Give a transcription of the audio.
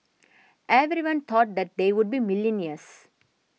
everyone thought they would be millionaires